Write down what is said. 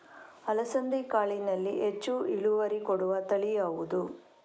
ಅಲಸಂದೆ ಕಾಳಿನಲ್ಲಿ ಹೆಚ್ಚು ಇಳುವರಿ ಕೊಡುವ ತಳಿ ಯಾವುದು?